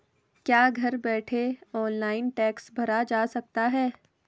क्या घर बैठे ऑनलाइन टैक्स भरा जा सकता है?